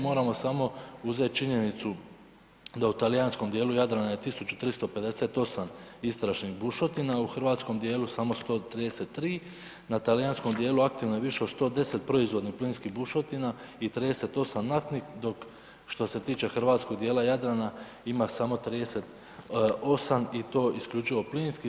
Moramo samo uzeti činjenicu da u talijanskom dijelu Jadrana je 1.358 istražnih bušotina, a u hrvatskom dijelu sam 133, na talijanskom dijelu aktivno je više od 110 proizvodnih plinskih bušotina i 38 naftnih, dok što se tiče hrvatskog dijela Jadrana ima samo 38 i to isključivo plinskih.